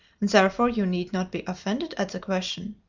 and therefore you need not be offended at the question.